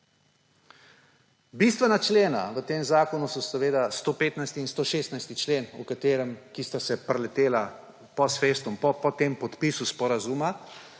Bistvena člena v tem zakonu sta seveda 115. in 116. člen, ki sta priletela post festum, po tem podpisu sporazuma,